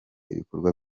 ibikorwa